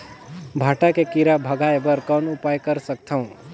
भांटा के कीरा भगाय बर कौन उपाय कर सकथव?